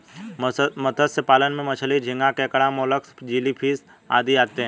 मत्स्य पालन में मछली, झींगा, केकड़ा, मोलस्क, जेलीफिश आदि आते हैं